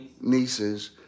nieces